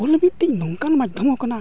ᱚᱞ ᱢᱤᱫᱴᱤᱡ ᱱᱚᱝᱠᱟᱱ ᱢᱟᱫᱽᱫᱷᱚᱢᱟᱠᱟᱱᱟ